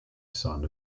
son